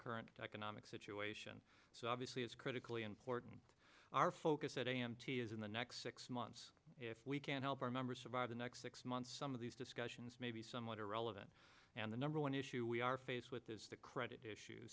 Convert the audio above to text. current economic situation so obviously it's critically important our focus at a m t is in the next six months if we can help our members survive the next six months some of these discussions may be somewhat irrelevant and the number one issue we are faced with is the credit issue